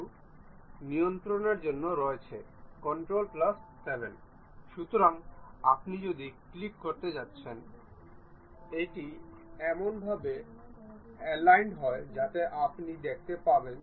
এটি করার জন্য আমরা এই ফেস টি নির্বাচন করব এবং আমরা এই ফেস টি নির্বাচন করব এবং আমরা এই ফেস টি নির্বাচন করব এবং আমরা চিহ্নিত করব